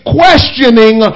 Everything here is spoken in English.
questioning